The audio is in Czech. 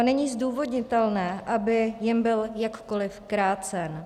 Není zdůvodnitelné, aby jim byl jakkoliv krácen.